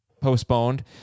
postponed